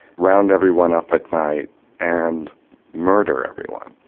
round everyone up at night and murder everyone.